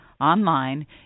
online